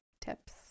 tips